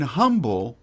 humble